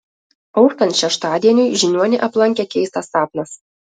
auštant šeštadieniui žiniuonį aplankė keistas sapnas